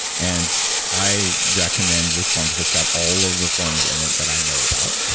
and i recommend this form it's it's got all of the forms in it that i know about.